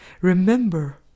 Remember